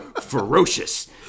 Ferocious